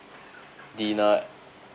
dinner